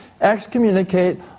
excommunicate